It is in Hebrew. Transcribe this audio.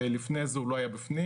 לפני זה הוא לא היה בפנים,